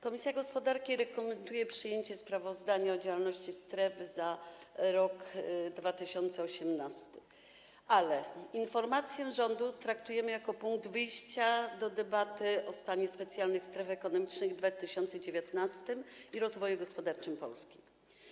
Komisja gospodarki rekomenduje przyjęcie sprawozdania o działalności stref za rok 2018, ale informację rządu traktujemy jako punkt wyjścia do debaty o stanie specjalnych stref ekonomicznych w 2019 r. i rozwoju gospodarczym Polski.